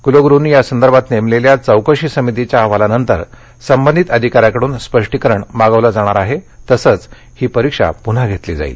कुलगुरुंनी यासंदर्भात नेमलेल्या चौकशी समितीच्या अहवालानंतर संबंधित अधिकाऱ्यांकडून स्पष्टीकरण मागवलं जाणार आहे तसंच ही परीक्षा पुन्हा घेतली जाईल